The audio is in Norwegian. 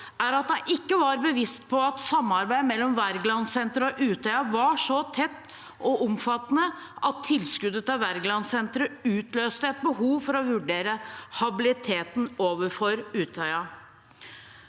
er at hun ikke var bevisst på at samarbeidet mellom Wergelandsenteret og Utøya var så tett og omfattende at tilskuddet til Wergelandsenteret utløste et behov for å vurdere habiliteten overfor Utøya.